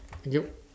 thank you